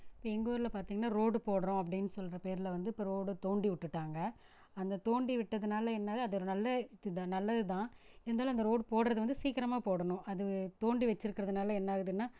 இப்போ எங்கள் ஊரில் பார்த்தீங்கனா ரோடு போடுகிறோம் அப்படின்னு சொல்கிற பேரில் வந்து இப்போ ரோடை தோண்டி விட்டுட்டாங்க அந்த தோண்டி விட்டதுனால் என்னது அது ஒரு நல்ல இதுதான் நல்லதுதான் இருந்தாலும் அந்த ரோடு போடுகிறது வந்து சீக்கிரமாக போடணும் அது தோண்டி வச்சுருக்கறதுனால என்னாகுதுன்னால்